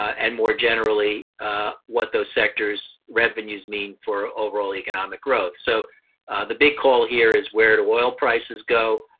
and more generally what those sectors, revenues mean for overall economic growth. so the big call here is where do oil prices go.